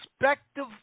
respective